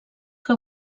que